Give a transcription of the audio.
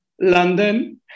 London